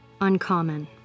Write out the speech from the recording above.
uncommon